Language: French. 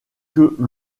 que